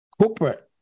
corporate